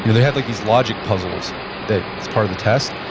you know they had like these logic puzzles that is part of the test.